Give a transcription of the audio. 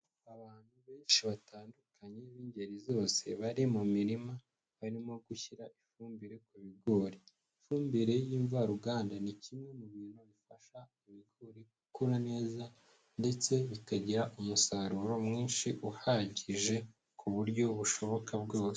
Abantu benshi batandukanye b'ingeri zose bari mu mirima, barimo gushyira ifumbire ku bigori, ifumbire y'imvaruganda ni kimwe mu bintu bifasha ibigori gukura neza, ndetse bikagira umusaruro mwinshi uhagije ku buryo bushoboka bwose.